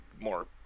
more